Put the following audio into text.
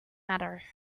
matter